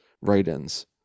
write-ins